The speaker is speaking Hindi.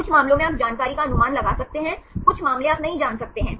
कुछ मामलों में आप जानकारी का अनुमान लगा सकते हैं कुछ मामले आप नहीं जान सकते है